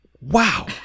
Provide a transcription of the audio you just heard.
wow